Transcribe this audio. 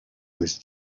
was